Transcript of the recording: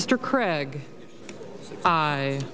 mr craig i